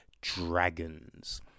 dragons